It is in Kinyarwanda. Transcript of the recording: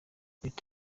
leta